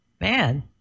man